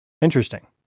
Interesting